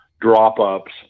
drop-ups